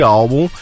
álbum